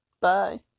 Bye